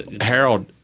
Harold –